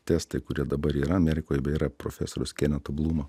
testai kurie dabar yra amerikoj beje yra profesoriaus keneto blumo